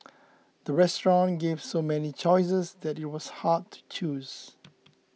the restaurant gave so many choices that it was hard to choose